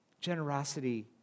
generosity